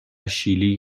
شیلی